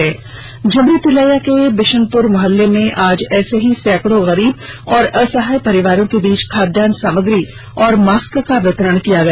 आज झुमरी तलैया के विशुनपुर मुहल्ले में ऐसे ही सैकड़ों गरीब और असहाय परिवारों के बीच खाद्यान्न सामग्री और मास्क का वितरण किया गया